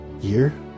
year